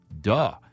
Duh